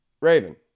Raven